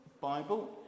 Bible